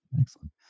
Excellent